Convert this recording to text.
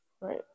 Right